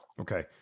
Okay